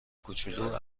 کوچولو